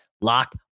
Locked